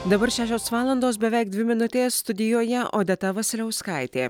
dabar šešios valandos beveik dvi minutes studijoje odeta vasiliauskaitė